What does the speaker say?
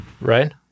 right